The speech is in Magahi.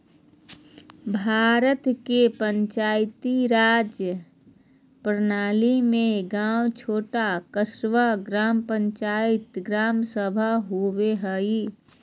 भारत के पंचायती राज प्रणाली में गाँव छोटा क़स्बा, ग्राम पंचायत, ग्राम सभा होवो हइ